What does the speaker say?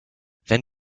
wenn